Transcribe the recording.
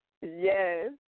Yes